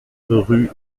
rue